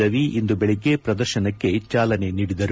ರವಿ ಇಂದು ಬೆಳಗ್ಗೆ ಪ್ರದರ್ಶನಕ್ಕೆ ಚಾಲನೆ ನೀಡಿದರು